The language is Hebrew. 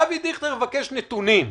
אבי דיכטר מבקש נתונים,